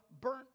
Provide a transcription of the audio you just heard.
burnt